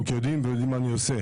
מכירים אותי ויודעים מה אני עושה.